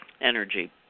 energy